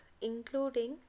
including